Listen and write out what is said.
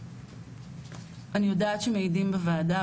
אני יודעת שמעידים בוועדה,